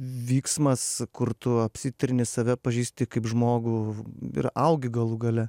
vyksmas kur tu apsitrini save pažįsti kaip žmogų ir augi galų gale